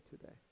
today